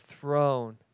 throne